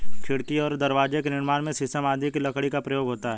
खिड़की और दरवाजे के निर्माण में शीशम आदि की लकड़ी का प्रयोग होता है